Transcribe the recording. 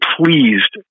pleased